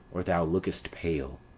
or thou look'st pale.